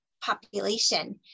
population